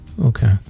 Okay